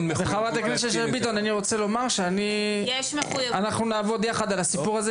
חברת הכנסת שאשא ביטון אני רוצה לומר שאנחנו נעבוד יחד על הסיפור הזה,